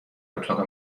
اتاق